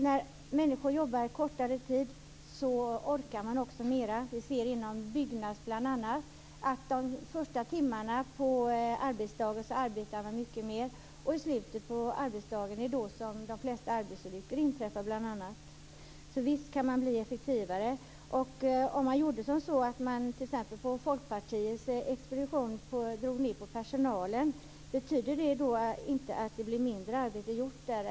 När människor jobbar kortare tid orkar de också mera. Man har t.ex. inom Byggnads kunnat se att de anställda arbetar mycket mer under de första timmarna. I slutet av arbetsdagen inträffar bl.a. de flesta arbetsplatsolyckorna. Visst kan man alltså bli effektivare. Om man t.ex. på Folkpartiets expedition drog ned på personalen, betyder det då inte att det blir mindre arbete gjort där?